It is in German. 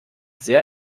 sehr